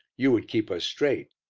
you would keep us straight.